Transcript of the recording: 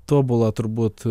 tobula turbūt